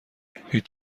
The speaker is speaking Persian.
هیچ